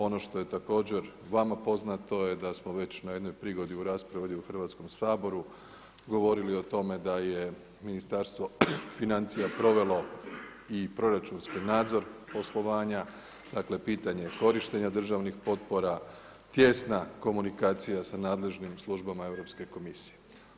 Ono što je također vama poznato je da smo već na jednoj prigodi u raspravi ovdje u Hrvatskom saboru govorili o tome da je Ministarstvo financija provelo i proračunski nadzor poslovanje, dakle, pitanje korištenja državnih potpora, tijesna komunikacija sa nadležnim službama Europske komisije.